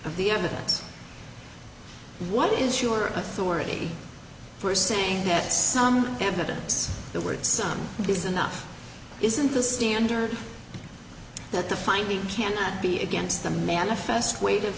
of the evidence what is your authority for saying that some evidence the word some is enough isn't the standard that the finding cannot be against the manifest weight of